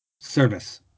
Service